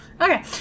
Okay